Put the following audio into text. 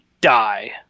die